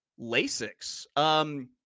Lasix